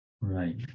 Right